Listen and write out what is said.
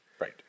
Right